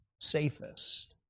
safest